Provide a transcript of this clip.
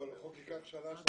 אבל חוק ייקח שנה, שנתיים.